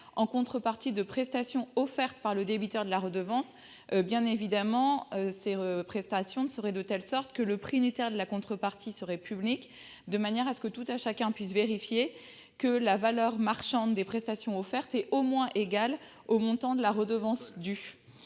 en contrepartie de prestations offertes par le débiteur de la redevance ? Bien évidemment, ces prestations seraient telles que le prix unitaire de la contrepartie serait public de manière que tout un chacun puisse vérifier que la valeur marchande des prestations offertes est au moins égale au montant de la redevance due.